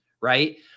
right